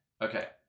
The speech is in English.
okay